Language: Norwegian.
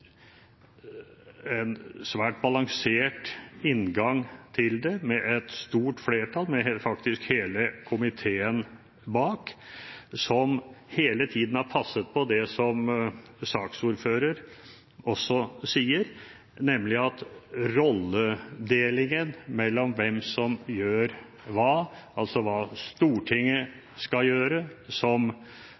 svært balansert inngang til det, med et stort flertall – faktisk står hele komiteen bak – som hele tiden har passet på det som saksordføreren også sier, nemlig at rolledelingen mellom hvem som gjør hva, altså hva Stortinget skal gjøre